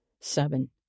Seven